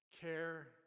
care